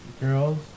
girls